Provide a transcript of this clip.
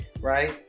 Right